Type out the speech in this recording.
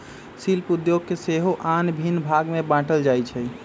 शिल्प उद्योग के सेहो आन भिन्न भाग में बाट्ल जाइ छइ